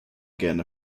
again